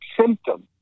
symptom